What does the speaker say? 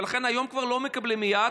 ולכן היום כבר לא מקבלים מייד.